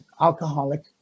alcoholic